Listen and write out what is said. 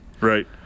Right